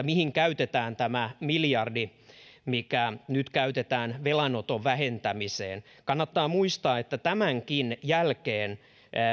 mihin käytetään tämä miljardi mikä nyt käytetään velanoton vähentämiseen kannattaa muistaa että tämänkin jälkeen